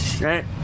Right